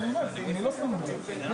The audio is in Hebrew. אני חושב שאחרי מה שאמר פהד, כל מילה רק גורעת.